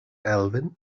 elfyn